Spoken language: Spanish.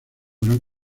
gran